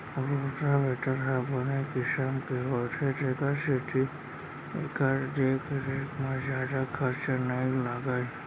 rotavator ह बने किसम के होथे तेकर सेती एकर देख रेख म जादा खरचा नइ लागय